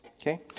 Okay